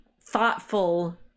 thoughtful